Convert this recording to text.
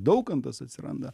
daukantas atsiranda